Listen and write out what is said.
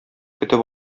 көтеп